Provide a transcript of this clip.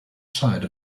side